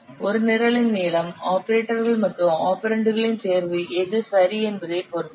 ஒரு நிரலின் நீளம் ஆபரேட்டர்கள் மற்றும் ஆபரெண்டுகளின் தேர்வு எது சரி என்பதைப் பொறுத்தது